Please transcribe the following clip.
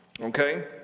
okay